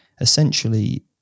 essentially